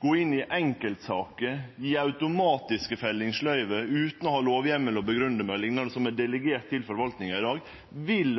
gå inn i enkeltsaker, gje automatiske fellingsløyve utan å ha lovheimel og grunngje det med liknande som er delegert til forvaltinga i dag, vil